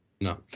No